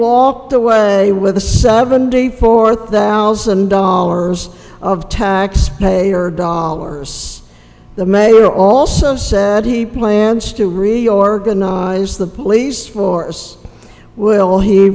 walked away with the seventy four thousand dollars of taxpayer dollars the mayor also said he plans to reorganize the police force will he